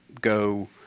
go